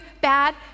bad